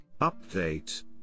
Update